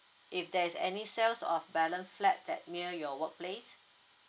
if there is any sales of balance flat that near your workplace